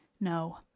No